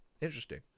Interesting